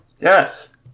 Yes